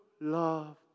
love